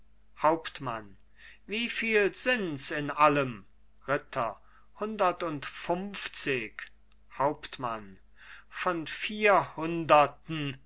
hauptmann wie viel sind's in allem ritter hundertundfunfzig hauptmann von vierhunderten